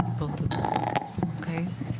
אוקיי.